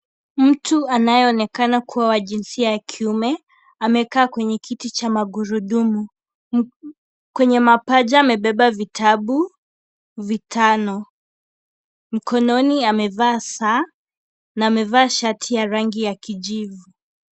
Mtu anayeonekana kuwa wa jinsia ya kiume amekaa kwenye kiti cha magurudumu. Kwenye mapaja amebeba vitabu vitano. Mkononi amevaa saa na amevaa shati ya rangi ya kijivu.